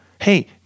Hey